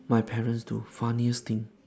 my parents do funniest thing